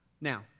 Now